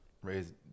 Raised